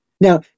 Now